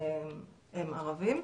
הם ערבים.